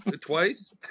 Twice